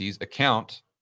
account